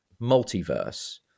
multiverse